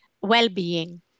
well-being